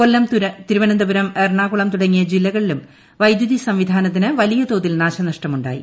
കൊല്ലം തിരുവനന്തപുരം എറണാകുളം തുടങ്ങിയ ജില്ലകളിലും വൈദ്യുതി സംവിധാനത്തിന് വലിയതോതിൽ നാശനഷ്ടം ഉണ്ടായി